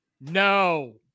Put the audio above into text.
No